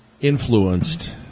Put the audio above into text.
influenced